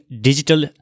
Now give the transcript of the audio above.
digital